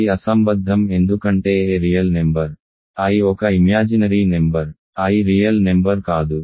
ఇది అసంబద్ధం ఎందుకంటే a రియల్ నెంబర్ i ఒక imaginary number i real number కాదు